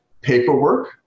Paperwork